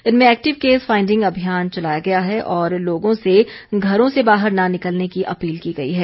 इनमें active case finding अभियान चलाया गया है और लोगों से घरों से बाहर न निकलने की अपील की गई है